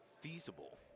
feasible